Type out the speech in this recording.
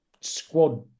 squad